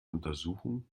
untersuchen